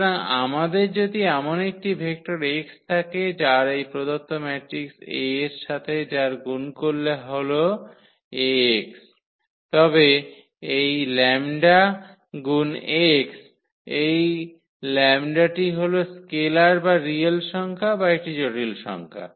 সুতরাং আমাদের যদি এমন একটি ভেক্টর x থাকে যার এই প্রদত্ত ম্যাট্রিক্স A এর সাথে যার গুণ করলে হল 𝐴𝑥 তবে এই 𝜆 গুন 𝑥 এই 𝜆 টি হল স্কেলার বা রিয়েল সংখ্যা বা একটি জটিল সংখ্যা